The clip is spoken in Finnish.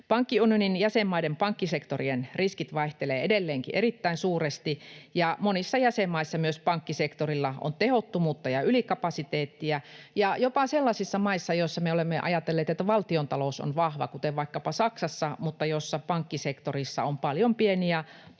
Pankkiunionin jäsenmaiden pankkisektorin riskit vaihtelevat edelleenkin erittäin suuresti, ja monissa jäsenmaissa myös pankkisektorilla on tehottomuutta ja ylikapasiteettia — jopa sellaisissa maissa, joissa me olemme ajatelleet, että valtiontalous on vahva, kuten vaikkapa Saksassa, mutta joiden pankkisektorissa on paljon pieniä